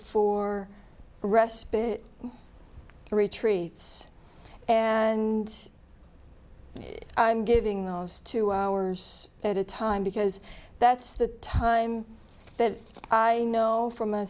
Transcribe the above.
for respite retreats and i'm giving those two hours at a time because that's the time that i know from